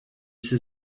sais